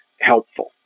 helpful